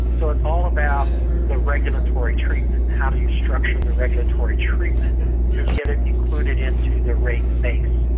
so it's all about the regulatory treatment, how do you structure the regulatory treatment to get it included into the rate base.